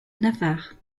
navarre